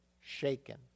shaken